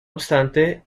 obstante